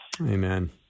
Amen